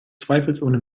zweifelsohne